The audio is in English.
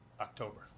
October